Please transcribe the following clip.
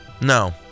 No